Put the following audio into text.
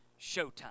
showtime